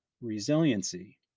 resiliency